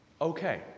Okay